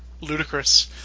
ludicrous